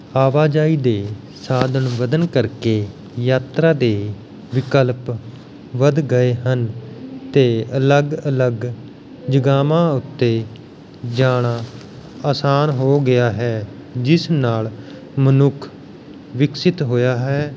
ਆਵਾਜਾਈ ਦੇ ਸਾਧਨ ਵੱਧਣ ਕਰਕੇ ਯਾਤਰਾ ਦੇ ਵਿਕਲਪ ਵੱਧ ਗਏ ਹਨ ਅਤੇ ਅਲੱਗ ਅਲੱਗ ਜਗ੍ਹਾਵਾਂ ਉੱਤੇ ਜਾਣਾ ਆਸਾਨ ਹੋ ਗਿਆ ਹੈ ਜਿਸ ਨਾਲ਼ ਮਨੁੱਖ ਵਿਕਸਿਤ ਹੋਇਆ ਹੈ